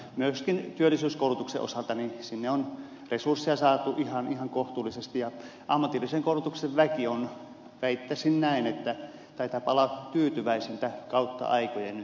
myöskin työllisyyskoulutuksen osalta sinne on resursseja saatu ihan kohtuullisesti ja ammatillisen koulutuksen väki väittäisin näin taitaapa olla tyytyväisintä kautta aikojen nyt siihen omaan tilanteeseensa